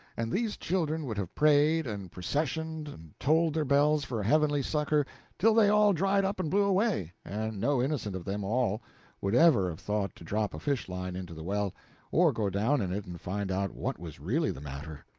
and these children would have prayed, and processioned, and tolled their bells for heavenly succor till they all dried up and blew away, and no innocent of them all would ever have thought to drop a fish-line into the well or go down in it and find out what was really the matter.